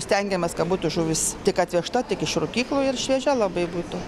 stengiamės kad būtų žuvis tik atvežta tik iš rūkyklų ir šviežia labai būtų